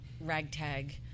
ragtag